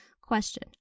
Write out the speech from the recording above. Question